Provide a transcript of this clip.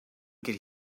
could